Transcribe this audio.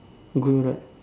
gold right